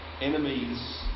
Enemies